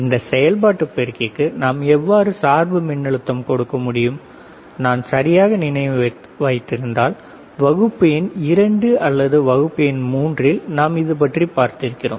இந்த செயல்பாட்டு பெருக்கிக்கு நாம் எவ்வாறு சார்பு மின்னழுத்தம் கொடுக்க முடியும் நான் சரியாக நினைவில் வைத்திருந்தால் வகுப்பு என் இரண்டு அல்லது வகுப்பு என் மூன்றில் நாம் இதைப்பற்றி பார்த்திருக்கிறோம்